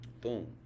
Boom